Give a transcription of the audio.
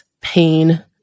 pain